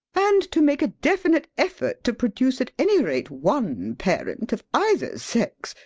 and to make a definite effort to produce at any rate one parent, of either sex,